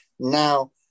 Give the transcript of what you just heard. Now